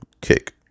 Kick